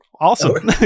awesome